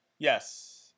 Yes